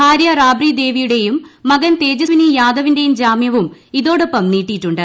ഭാരൃ റാബ്റി ദേവിയുടെയും മകൻ തേജസി യാദവിന്റെയും ജാമൃവും ഇതോടൊപ്പം നീട്ടിയിട്ടുണ്ട്